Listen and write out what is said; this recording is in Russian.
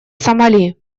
сомали